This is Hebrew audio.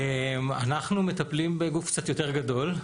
אנחנו מטפלים בגוף קצת יותר גדול,